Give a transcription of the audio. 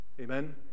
Amen